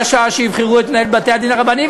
שעה שיבחרו את מנהל בתי-הדין הרבניים.